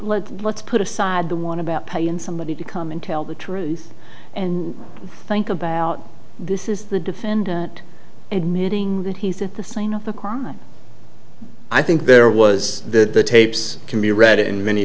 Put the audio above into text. let let's put aside the one about payin somebody to come and tell the truth and think about this is the defendant admitting that he set the scene of the crime i think there was the tapes can be read in many